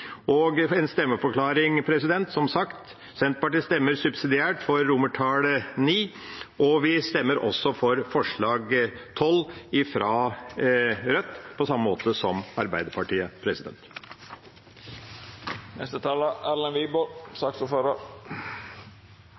En stemmeforklaring: Senterpartiet stemmer subsidiært for IX, og vi stemmer også for forslag nr. 12, fra Rødt,